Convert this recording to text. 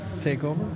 Takeover